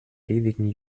ewigen